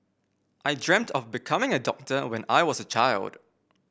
I dreamt of becoming a doctor when I was a child